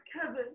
Kevin